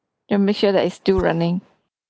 just make sure that it's still running